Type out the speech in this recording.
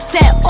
Set